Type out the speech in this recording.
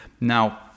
now